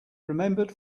remembered